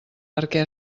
perquè